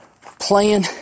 playing